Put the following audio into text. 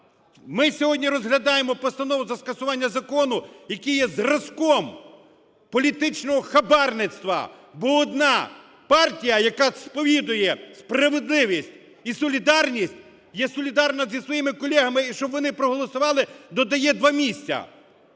Ми сьогодні розглядаємо постанову за скасування закону, який є зразком політичного хабарництва. Бо одна партія, яка сповідує справедливість і солідарність, є солідарна зі своїми колегами, щоб вони проголосували, додає два місця.